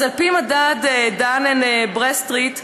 אז על פי מדד דן אנד ברדסטריט,